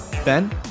Ben